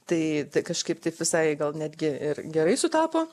tai kažkaip taip visai gal netgi ir gerai sutapo